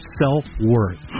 self-worth